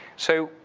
so,